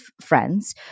friends